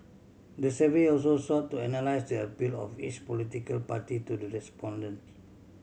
the survey also sought to analyse the appeal of each political party to the respondents